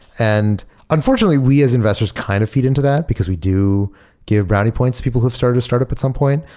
and unfortunately, we as investors kind of feed into that, because we do give brownie points to people who have started a start up at some point.